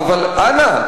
אבל אנא,